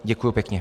Děkuji pěkně.